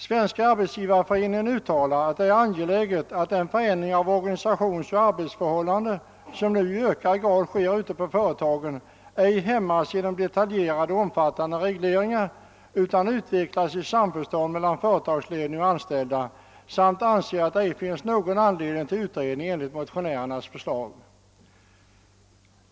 Svenska arbetsgivareföreningen uttalar att det är angeläget att den ändring av organisationsoch arbetsförhållanden som nu i ökad grad sker ute på företagen ej hämmas genom någon detaljerad och omfattande reglering utan utvecklas i samförstånd mellan företagsledning och anställda. SAF anser att det ej finns någon anledning till utredning enligt motionärernas förslag.